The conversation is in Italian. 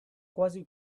quasi